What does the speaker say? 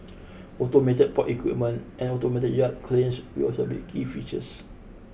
automated port equipment and automated yard cranes will also be key features